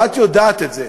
ואת יודעת את זה,